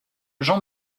jean